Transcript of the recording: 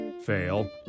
Fail